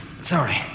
Sorry